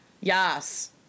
Yes